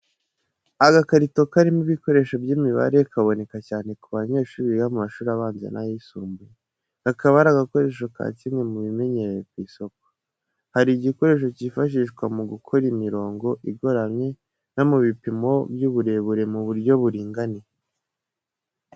Agakarito karimo ibikoresho by’imibare, kaboneka cyane ku banyeshuri biga mu mashuri abanza n’ayisumbuye, kakaba ari agakoresho ka kimwe mu bimenyerewe ku isoko. Hari igikoresho cyifashishwa mu gukora imirongo igoramye no mu bipimo by’uburebure mu buryo buringaniye.